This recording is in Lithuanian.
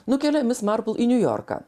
nukelia mis marpl į niujorką